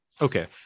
okay